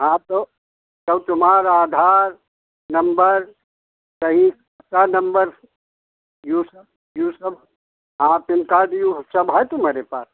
हाँ तो तुम्हार आधार नंबर दई सा नंबर यो सब यो सब हाँ पैन कार्ड यो सब है तुम्हारे पास